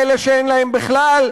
לאלה שאין להם בכלל,